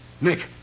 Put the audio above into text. Nick